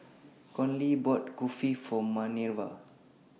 Conley bought Kulfi For Manerva